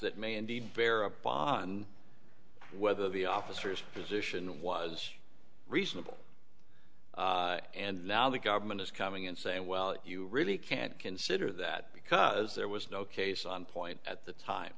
that may indeed bear upon whether the officers position was reasonable and now the government is coming in saying well you really can't consider that because there was no case on point at the time